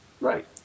Right